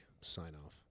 sign-off